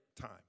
time